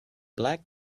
black